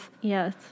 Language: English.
Yes